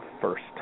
first